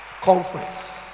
conference